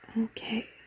Okay